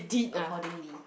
accordingly